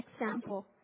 example